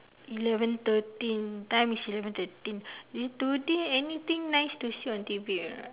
eleven thirteen time is eleven thirteen today anything nice to see on T_V or not